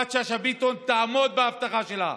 תעמוד בהבטחה שלה.